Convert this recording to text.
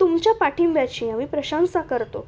तुमच्या पाठिंब्याची आम्ही प्रशांसा करतो